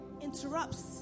interrupts